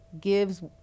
gives